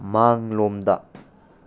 ꯃꯥꯡꯂꯣꯝꯗ